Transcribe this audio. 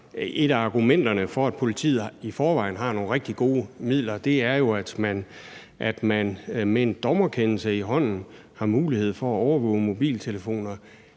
et af argumenterne for, at politiet i forvejen har nogle rigtig gode midler, er jo, at man med en dommerkendelse i hånden har mulighed for at overvåge mobiltelefoner.